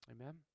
Amen